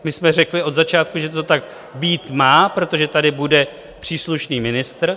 My jsme řekli od začátku, že to tak být má, protože tady bude příslušný ministr.